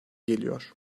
geliyor